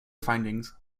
findings